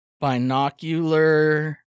binocular